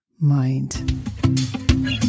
mind